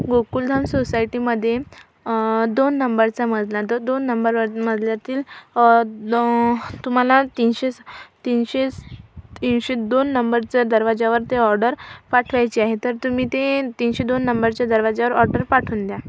गोकुलधाम सोसायटीमध्ये दोन नंबरचा मजला तर दोन नंबरवर मजल्यातील दो तुम्हाला तीनशे तीनशे तीनशे दोन नंबरच्या दरवाज्यावर ती ऑर्डर पाठवायची आहे तर तुम्ही ते तीनशे दोन नंबरच्या दरवाज्यावर ऑर्डर पाठवून द्या